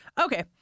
Okay